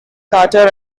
carter